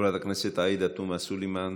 חברת הכנסת עאידה תומא סלימאן